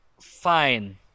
fine